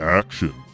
action